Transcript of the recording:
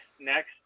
next